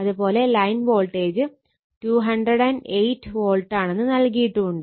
അത് പോലെ line voltage 208 വോൾട്ടാണെന്ന് നൽകിയിട്ടുമുണ്ട്